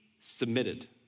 submitted